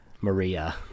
Maria